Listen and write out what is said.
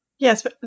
Yes